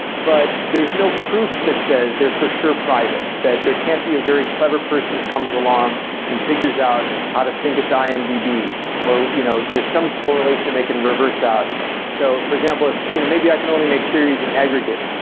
but there's no proof that says they're for sure private, that there can't be a very clever person that comes along and figures out how to sync it to imdb, or you know there's some correlation they can reverse out so for example, if you know maybe i can only make queries in aggregate,